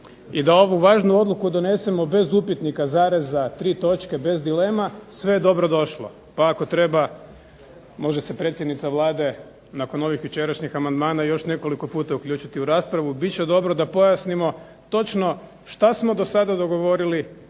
i da ovu važnu odluku donesemo bez upitnika, zareza, tri točke, bez dilema, sve je dobro došlo pa ako treba može se predsjednica Vlade nakon ovih jučerašnjih amandmana još nekoliko puta uključiti u raspravu. Bit će dobro da pojasnimo točno što smo do sada dogovorili,